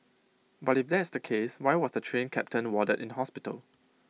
but if that's the case why was the Train Captain warded in hospital